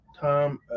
Tom